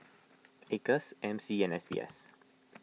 Acres M C and S B S